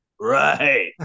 Right